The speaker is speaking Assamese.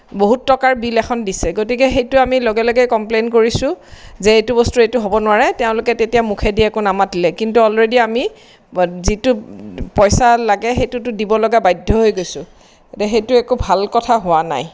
বহুত টকাৰ বিল এখন দিছে গতিকে সেইটো আমি লগে লগে কম্পলেইন কৰিছোঁ যে এইটো বস্তু এইটো হ'ব নোৱাৰে তেওঁলোকে তেতিয়া মুখেদি একো নামাতিলে কিন্তু অলৰেডি আমি যিটো পইচা লাগে সেইটোতো দিব লগা বাধ্য হৈ গৈছোঁ এতিয়া সেইটো একো ভাল কথা হোৱা নাই